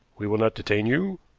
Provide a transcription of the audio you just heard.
we will not detain you,